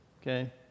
okay